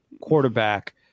quarterback